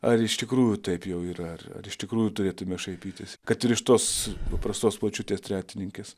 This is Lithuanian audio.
ar iš tikrųjų taip jau yra ar ar iš tikrųjų turėtume šaipytis kad ir iš tos paprastos pačiutės tretininkės